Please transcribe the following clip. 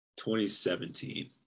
2017